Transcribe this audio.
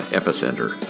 epicenter